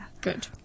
good